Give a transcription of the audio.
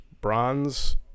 bronze